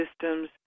systems